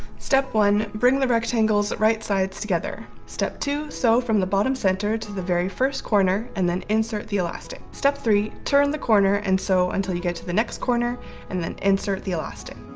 step one bring the rectangles right sides together. step two. sew from the bottom center to the very first corner and then insert the elastic step three. turn the corner and sew until you get to the next corner and then insert the elastic.